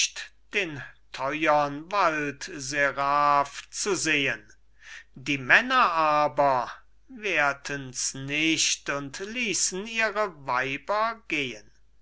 den teuern waldseraph zu sehen die männer aber wehrtens nicht und ließen ihre weiber gehen